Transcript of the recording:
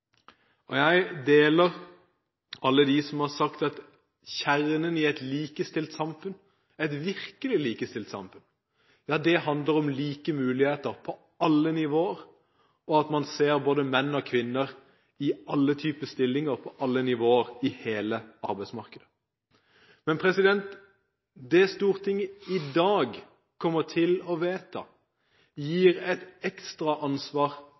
kjønn. Jeg deler oppfatning med alle dem som har sagt at kjernen i et likestilt samfunn, et virkelig likestilt samfunn, handler om like muligheter på alle nivåer – at man ser både menn og kvinner i alle typer stillinger på alle nivåer i hele arbeidsmarkedet. Det Stortinget i dag kommer til å vedta, gir et ekstra ansvar